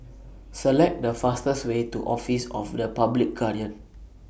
Select The fastest Way to Office of The Public Guardian